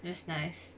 that's nice